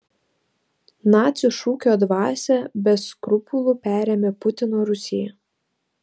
nacių šūkio dvasią be skrupulų perėmė putino rusija